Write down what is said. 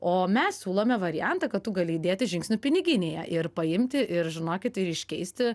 o mes siūlome variantą kad tu gali įdėti žingsnių piniginėje ir paimti ir žinokit ir iškeisti